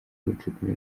gucukura